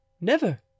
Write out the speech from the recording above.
Never